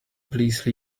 please